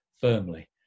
firmly